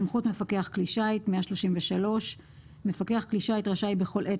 133.סמכות מפקח כלי שיט מפקח כלי שיט רשאי בכל עת